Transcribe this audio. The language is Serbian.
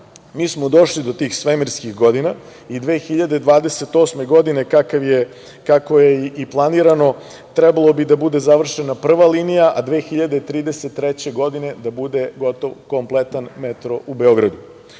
Mi smo došli do tih svemirskih godina, i 2028. godine, kako je i planirano, trebalo bi da bude završena prva linija, a 2033. godina, da bude gotov kompletan metro u Beogradu. Što